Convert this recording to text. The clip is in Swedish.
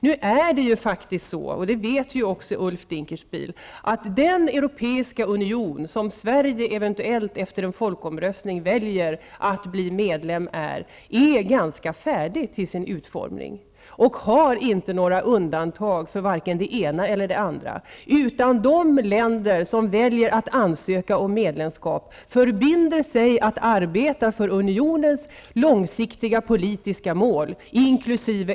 Nu är det faktiskt så, och det vet också Ulf Dinkelspiel, att den europeiska union som Sverige efter en folkomröstning eventuellt väljer att bli medlem av är ganska färdig till sin utformning och inte har några undantag för vare sig det ena eller det andra. De länder som väljer att ansöka om medlemskap förbinder sig att arbeta för unionens långsiktiga politiska mål, inkl.